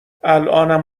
الانم